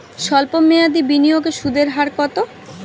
সল্প মেয়াদি বিনিয়োগে সুদের হার কত?